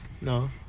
No